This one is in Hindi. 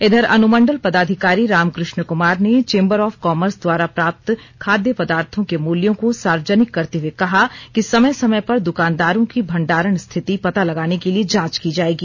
इधर अनुमंडल पदाधिकारी रामकृष्ण कुमार ने चेंबर ऑफ कॉमर्स द्वारा प्राप्त खाद्य पदार्थो के मूल्यों को सार्वजनिक करते हुए कहा कि समय समय पर दुकानदारों की भंडारण स्थिति पता लगाने के लिए जांच की जाएगी